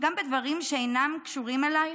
גם בדברים שאינם קשורים אלייך?